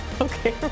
Okay